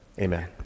Amen